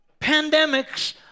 Pandemics